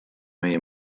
meie